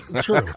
True